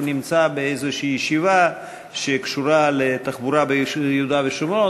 נמצא בישיבה שקשורה לתחבורה ביהודה ושומרון,